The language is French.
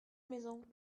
maison